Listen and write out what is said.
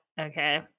okay